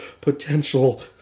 potential